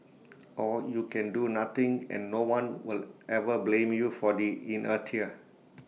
or you can do nothing and no one will ever blame you for the inertia